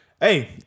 hey